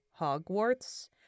Hogwarts